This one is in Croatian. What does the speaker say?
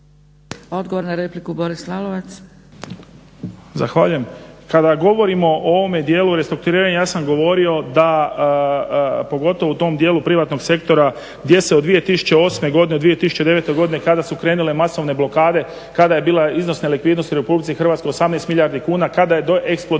Odgovor na repliku, Boris Lalovac.